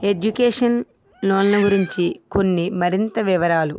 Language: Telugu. ఎడ్యుకేషన్ లోన్ల గురించి కొన్ని మరింత వివరాలు